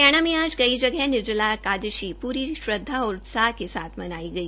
हरियाणा में आज कई जगह निर्जला एकादशी प्री श्रद्वा और उत्साह के साथ मनाई गई